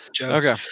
okay